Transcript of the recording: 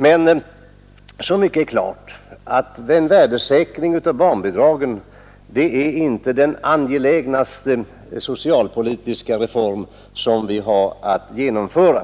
Men så mycket är klart att en värdesäkring av barnbidragen inte är den angelägnaste socialpolitiska reform vi har att genomföra.